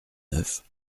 neuf